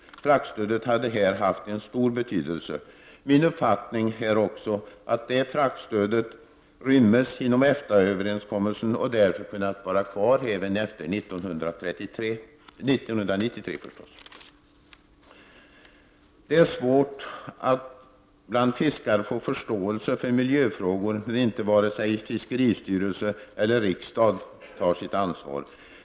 Fraktstödet hade här haft stor betydelse. Min uppfattning är också att fraktstödet ryms inom EFTA-uppgörelsen och därför kan vara kvar efter 1993. Det är svårt att bland fiskare få förståelse för miljöfrågor när inte vare sig fiskeristyrelse eller riksdag tar sitt ansvar.